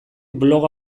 bloga